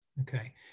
Okay